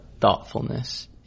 thoughtfulness